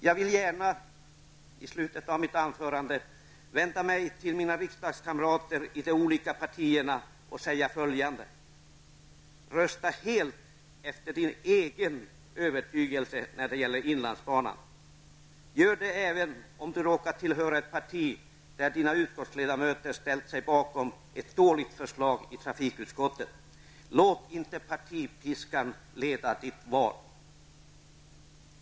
Jag vill gärna i slutet av mitt anförande vända mig till mina riksdagskamrater i de olika partierna och säga följande: Rösta helt efter din egen övertygelse när det gäller inlandsbanan; gör det även om du råkar tillhöra ett parti där dina utskottsledamöter ställt sig bakom ett dåligt förslag i trafikutskottet. Låt inte partipiskan leda ditt val!